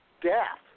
death